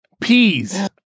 Peas